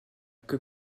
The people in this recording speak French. que